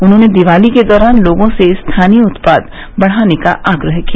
उन्होंने दीवाली के दौरान लोगों से स्थानीय उत्पाद ख़रीदने का आग्रह किया